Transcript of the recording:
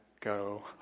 go